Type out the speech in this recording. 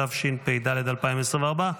התשפ"ד 2024,